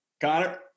Connor